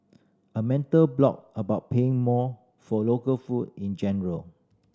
a mental block about paying more for local food in general